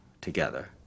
together